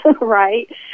right